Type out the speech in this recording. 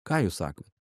ką jūs sakot